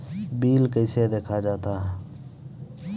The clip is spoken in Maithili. बिल कैसे देखा जाता हैं?